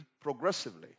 progressively